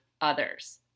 others